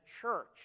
church